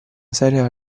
seria